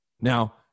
Now